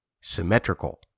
Symmetrical